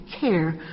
care